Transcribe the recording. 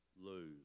lose